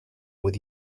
with